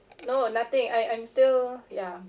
no nothing I I'm still ya